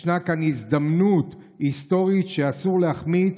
ישנה כאן הזדמנות היסטורית שאסור להחמיץ,